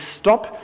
stop